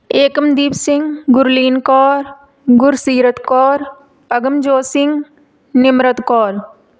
Ekamdeep Singh Gurleen Kaur Gursirat Kaur Agamjot Singh Nimrat Kaur